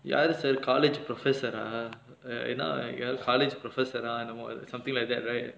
யாரு:yaaru sir college professor ah err ஏன்னா என் ஆள்:yaennaa en aal college professor ah என்னமோ:ennamo something like that right